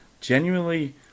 genuinely